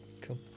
cool